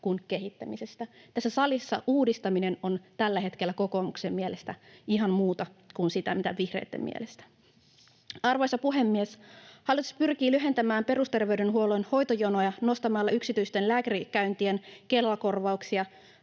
kuin kehittämisestä. Tässä salissa uudistaminen on tällä hetkellä kokoomuksen mielestä ihan muuta kuin sitä, mitä vihreitten mielestä. Arvoisa puhemies! Hallitus pyrkii lyhentämään perusterveydenhuollon hoitojonoja nostamalla yksityisten lääkärikäyntien Kela-korvauksia.